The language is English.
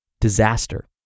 Disaster